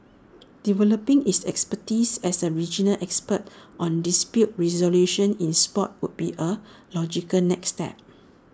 developing its expertise as A regional expert on dispute resolution in Sport would be A logical next step